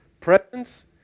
Presence